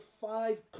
five